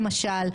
למשל,